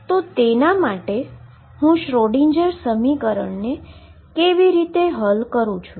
તો તેના માટે હું શ્રોડિંજર સમીકરણને કેવી રીતે હલ કરું છું